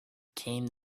came